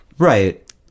Right